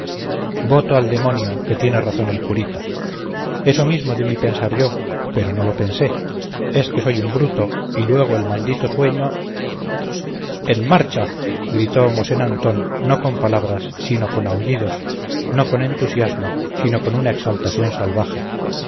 voto al demonio que tiene razón el curita eso mismo debí pensar yo pero no lo pensé es que soy un bruto y luego el maldito sueño en marcha gritó mosén antón no con palabras sino con aullidos no con entusiasmo sino con una exaltación salvaje